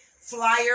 flyer